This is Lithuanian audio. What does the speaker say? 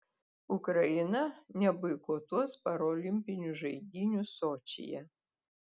ukraina neboikotuos parolimpinių žaidynių sočyje